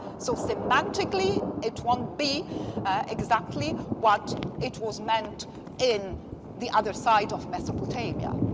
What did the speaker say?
so semantically, it won't be exactly what it was meant in the other side of mesopotamia.